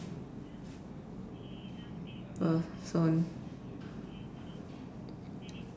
oh stone